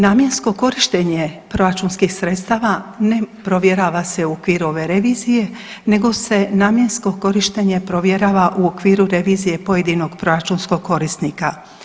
Namjensko korištenje proračunskih sredstava ne provjerava se u okviru ove revizije nego se namjensko korištenje provjerava u okviru revizije pojedinog proračunskog korisnika.